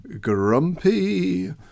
grumpy